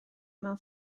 mewn